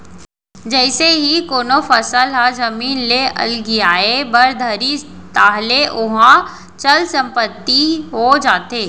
जइसे ही कोनो फसल ह जमीन ले अलगियाये बर धरिस ताहले ओहा चल संपत्ति हो जाथे